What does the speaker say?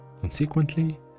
Consequently